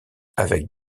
avec